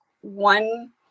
one